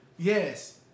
Yes